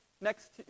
next